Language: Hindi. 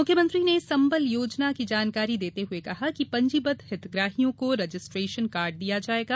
मुख्यमंत्री ने संबल योजना की जानकारी देते हुए कहा कि पंजीबद्ध हितग्राहियों को रजिस्ट्रेशन कार्ड दिया जायेगा